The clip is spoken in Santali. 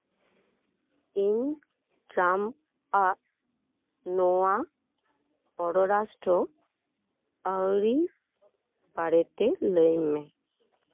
ᱤᱧ ᱴᱨᱟᱢ ᱟᱜ ᱱᱚᱣᱟ ᱯᱚᱨᱚ ᱨᱟᱥᱴᱨᱚ ᱟᱹᱨᱤ ᱵᱟᱨᱮᱛᱮ ᱞᱟᱹᱭ ᱢᱮ